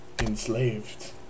enslaved